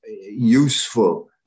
useful